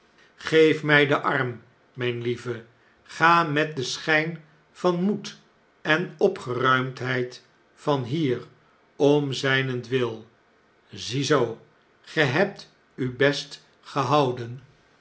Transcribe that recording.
geef mjj den arm mijn lieve ga met den schijn van moed en opgeruimdheid van hier om zjjnentwil ziezoo ge hebt u best gehouden